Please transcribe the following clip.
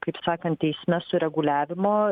kaip sakant eisme sureguliavimo